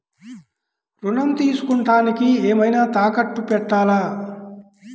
ఋణం తీసుకొనుటానికి ఏమైనా తాకట్టు పెట్టాలా?